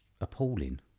appalling